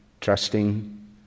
trusting